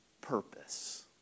purpose